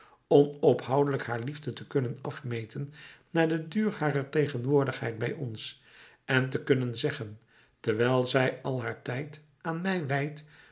onophoudelijk haar liefde te kunnen afmeten naar den duur harer tegenwoordigheid bij ons en te kunnen zeggen dewijl zij al haar tijd aan mij wijdt